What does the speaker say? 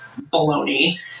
baloney